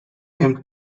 him